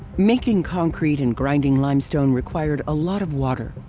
making concrete and grinding limestone required a lot of water,